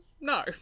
no